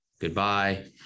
goodbye